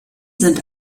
sind